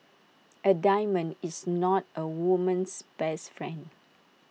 A diamond is not A woman's best friend